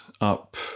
up